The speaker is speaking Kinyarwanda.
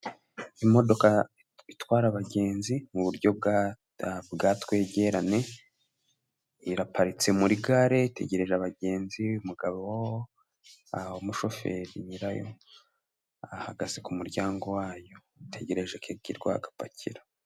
Imodoka itwara abagenzi mu buryo bwa twegeranye iraparitse muri gare itegereje abagenzi, umugabo w'umushoferi nyirayo ahagaze ku muryango wayo, ategereje ko igerwaho apakire.